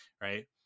right